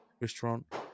Restaurant